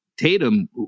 Tatum